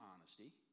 honesty